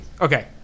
Okay